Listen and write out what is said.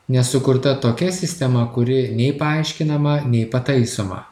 nes sukurta tokia sistema kuri nei paaiškinama nei pataisoma